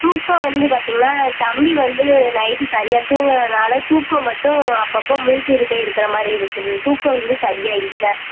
தூக்கம் வந்து பார்த்தீங்கன்னா தம்பி வந்து நைட்டு சரியாக தூங்காததனால தூக்கம் மட்டும் அப்பப்போ முழித்துக்கிட்டே இருக்கிற மாதிரி இருக்குது தூக்கம் வந்து சரியாக இல்லை